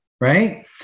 Right